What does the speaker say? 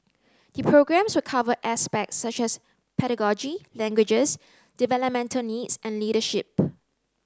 the programmes will cover aspects such as pedagogy languages developmental needs and leadership